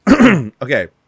okay